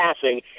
passing